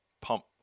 pump